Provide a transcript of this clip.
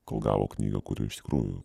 kol gavo knygą kuri iš tikrųjų